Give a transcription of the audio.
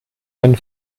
ein